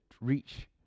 reach